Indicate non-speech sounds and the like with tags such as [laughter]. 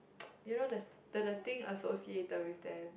[noise] you know the the the thing associated with them